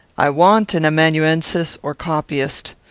i want an amanuensis or copyist.